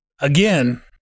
Again